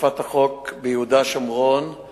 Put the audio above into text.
אכיפת החוק ביהודה ושומרון היא